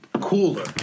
cooler